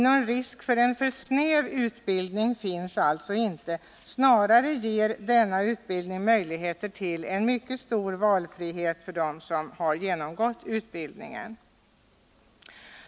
Någon risk för en alltför snäv utbildning finns alltså inte; snarare ger denna utbildning möjligheter till en mycket stor valfrihet för dem som har genomgått utbildningen.